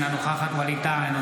אינה נוכחת ווליד טאהא,